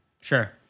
Sure